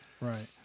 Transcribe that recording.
Right